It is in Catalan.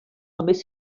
només